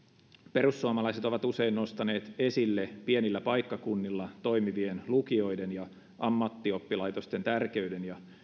perussuomalaiset ovat usein nostaneet esille pienillä paikkakunnilla toimivien lukioiden ja ammattioppilaitosten tärkeyden ja